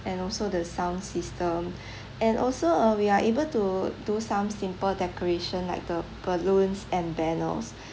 and also the sound system and also uh we are able to do some simple decoration like the balloons and banners